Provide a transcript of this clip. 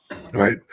right